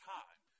time